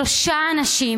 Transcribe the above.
שלושה אנשים,